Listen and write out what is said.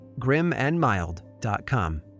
GrimAndMild.com